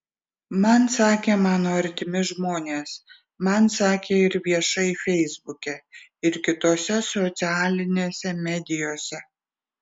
man sakė mano artimi žmonės man sakė ir viešai feisbuke ir kitose socialinėse medijose